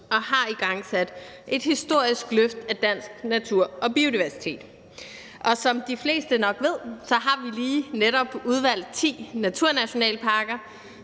og har igangsat et historisk løft af dansk natur og biodiversitet, og som de fleste nok ved, har vi netop lige udvalgt 10 naturnationalparker,